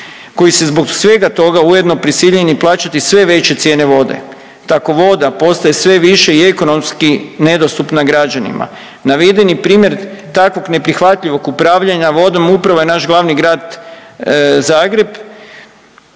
koji su zbog svega toga ujedno prisiljeni plaćati sve veće cijene vode. Tako voda postaje sve više i ekonomski nedostupna građanima. Navedeni primjer takvog neprihvatljivog upravljanja vodom upravo je naš glavni grad Zagreb